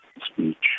speech